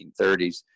1930s